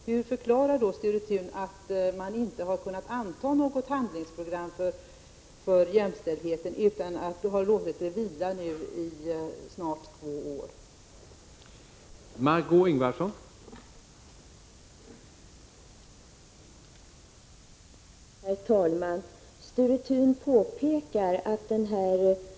Hur förklarar då Sture Thun att man inte har kunnat anta något handlingsprogram för jämställdhet, utan att den saken har fått vila i snart två år i avvaktan på beslut?